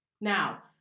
Now